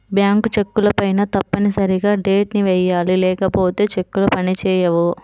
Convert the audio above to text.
bank చెక్కులపైన తప్పనిసరిగా date ని వెయ్యాలి లేకపోతే చెక్కులు పని చేయవు